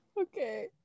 Okay